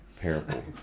Parable